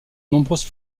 nombreuses